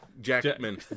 Jackman